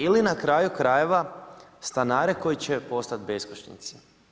Ili na kraju krajeva, stanare koji će postati beskućnici.